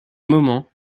moment